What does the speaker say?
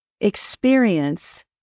Experience